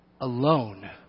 alone